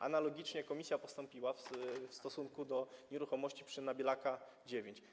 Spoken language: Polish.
Analogicznie komisja postąpiła w stosunku do nieruchomości przy Nabielaka 9.